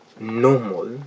Normal